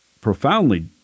profoundly